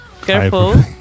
Careful